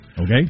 Okay